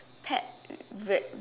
pet